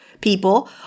people